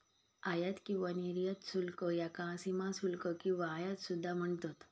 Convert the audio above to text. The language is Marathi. आयात किंवा निर्यात शुल्क याका सीमाशुल्क किंवा आयात सुद्धा म्हणतत